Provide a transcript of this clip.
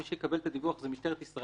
מי שיקבל את הדיווח זה משטרת ישראל,